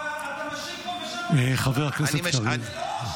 חבר הכנסת קריב.